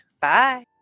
Bye